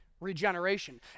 Regeneration